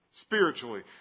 Spiritually